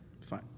Fine